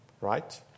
right